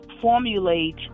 formulate